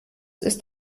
ist